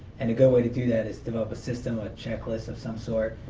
and a good way to do that is develop a system, a checklist, of some sort.